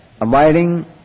abiding